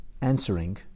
answering